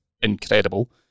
incredible